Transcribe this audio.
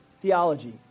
theology